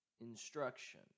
instruction